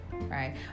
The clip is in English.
Right